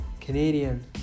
Canadian